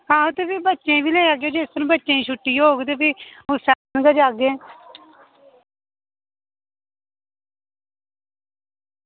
आं ते उस दिन बच्चें गी बी लेई आह्गे जिस दिन छुट्टी होग ते अच्छा उस दिन गै आह्गे